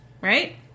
Right